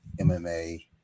MMA